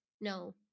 no